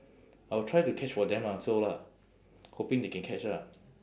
I will try to catch for them lah also lah hoping they can catch lah